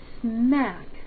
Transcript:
smack